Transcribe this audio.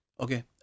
Okay